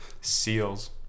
Seals